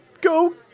go